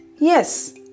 Yes